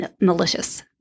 malicious